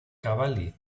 cavalli